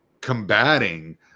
combating